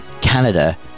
Canada